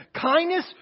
kindness